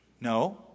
No